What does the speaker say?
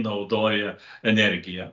naudoja energiją